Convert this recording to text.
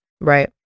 right